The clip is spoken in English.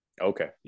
okay